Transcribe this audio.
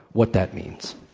what that means.